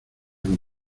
con